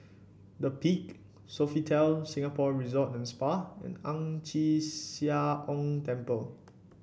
The Peak Sofitel Singapore Resort and Spa and Ang Chee Sia Ong Temple